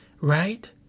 right